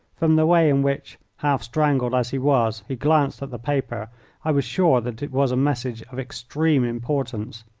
from the way in which, half strangled as he was, he glanced at the paper i was sure that it was a message of extreme importance.